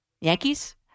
Yankees